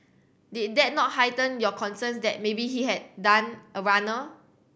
did that not heighten your concerns that maybe he had done a runner